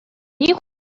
них